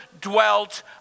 dwelt